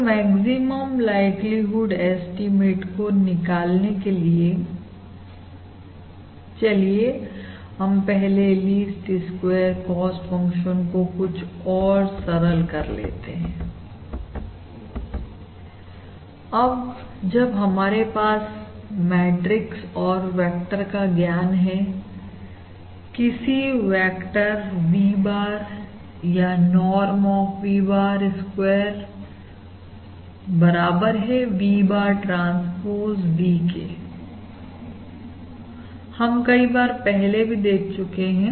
तो maximum likelihood estimate को निकालने के लिए चलिए हम पहले लीस्ट स्क्वेयर कॉस्ट फंक्शन को कुछ और सरल कर लेते हैं अब जब हमारे पास मैट्रिक और वेक्टर का ज्ञान है किसी वेक्टर V bar या norm of V bar square बराबर है V bar ट्रांसपोज V के हम कई बार पहले भी देख चुके हैं